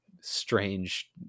strange